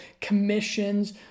commissions